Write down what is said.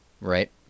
right